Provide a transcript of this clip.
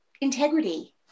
integrity